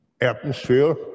atmosphere